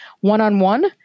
one-on-one